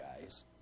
guys